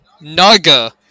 Naga